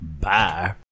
Bye